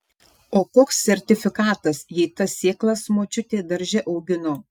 o koks sertifikatas jei tas sėklas močiutė darže augino